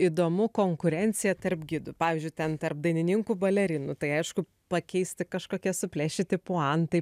įdomu konkurencija tarp gidų pavyzdžiui ten tarp dainininkų balerinų tai aišku pakeisti kažkokie suplėšyti puantai